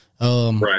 Right